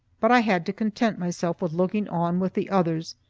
but i had to content myself with looking on with the others,